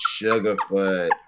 Sugarfoot